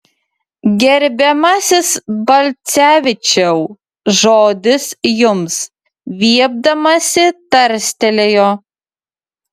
gerbiamasis balcevičiau žodis jums viepdamasi tarstelėjo